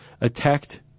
attacked